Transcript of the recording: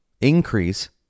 increase